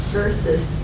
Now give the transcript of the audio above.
versus